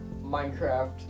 Minecraft